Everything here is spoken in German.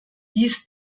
dies